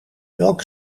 welk